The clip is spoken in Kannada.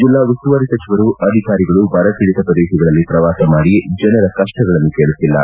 ಜಿಲ್ಲಾ ಉಸ್ತುವಾರಿ ಸಚಿವರು ಅಧಿಕಾರಿಗಳು ಬರಪೀಡಿತ ಪ್ರದೇಶಗಳಲ್ಲಿ ಪ್ರವಾಸ ಮಾಡಿ ಜನರ ಕಷ್ಟಗಳನ್ನು ಕೇಳುತ್ತಿಲ್ಲ